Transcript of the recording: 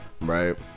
right